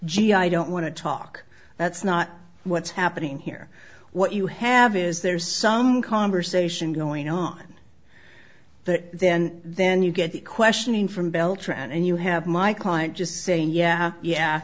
gee i don't want to talk that's not what's happening here what you have is there's some conversation going on that then then you get the questioning from beltran and you have my client just saying yeah yeah